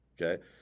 Okay